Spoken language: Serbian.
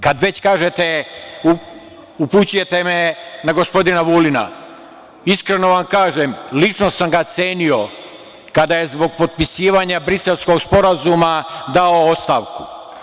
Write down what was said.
Kad već kažete, upućujete me na gospodina Vulina, iskreno vam kažem, lično sam ga cenio kada je zbog potpisivanja Briselskog sporazuma dao ostavku.